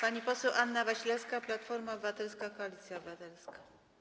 Pani poseł Anna Wasilewska, Platforma Obywatelska - Koalicja Obywatelska.